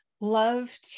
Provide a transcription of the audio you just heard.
love